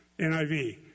NIV